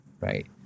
right